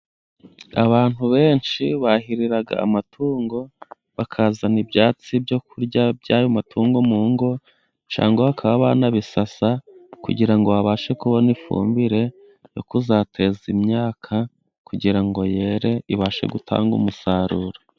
Abantu benshi bahirira amatungo， bakazana ibyatsi byo kurya by'ayo matungo mu ngo， cyangwa bakaba banabisasa kugira ngo babashe kubona ifumbire yo kuzateza imyaka， kugira ngo yera ibashe gutanga umusaruro.